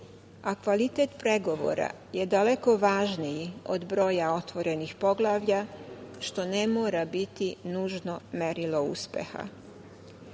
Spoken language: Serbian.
a kvalitet pregovora je daleko važniji od broja otvorenih poglavlja, što ne mora biti nužno merilo